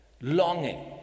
longing